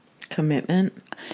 commitment